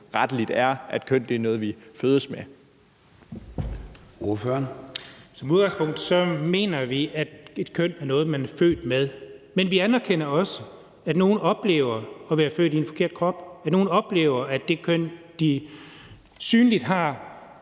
Kl. 20:51 Jens Henrik Thulesen Dahl (DD): Som udgangspunkt mener vi, at et køn er noget, man er født med, men vi anerkender også, at nogle oplever at være født i en forkert krop; at nogle oplever, at det køn, de synligt har,